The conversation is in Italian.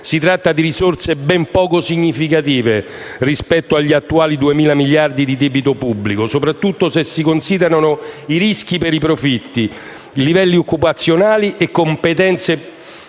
Si tratta di risorse ben poco significative rispetto agli attuali 2.000 miliardi di debito pubblico, soprattutto se si considerano i rischi per profitti, i livelli occupazionali e le competenze